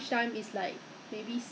I see that day that day